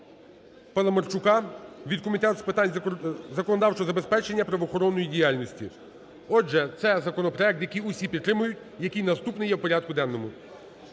Паламарчука від Комітету з питань законодавчого забезпечення правоохоронної діяльності. Отже, це законопроект, який усі підтримують, який наступний є в порядку денному.